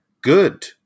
good